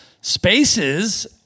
spaces